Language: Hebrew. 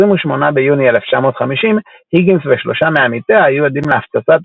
ב-28 ביוני 1950 היגינס ושלושה מעמיתיה היו עדים להפצצת